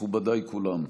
מכובדיי כולם,